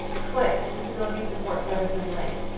click disability support services link.